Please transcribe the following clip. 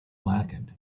blackened